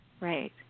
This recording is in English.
Right